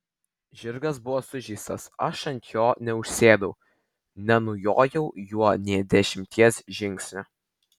žirgas buvo sužeistas aš ant jo nė neužsėdau nenujojau juo nė dešimties žingsnių